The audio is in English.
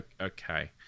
okay